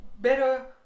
better